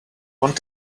want